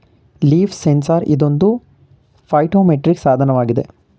leaf sensor ಇದೊಂದು phytometric ಸಾಧನವಾಗಿದೆ